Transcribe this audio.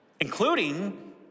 including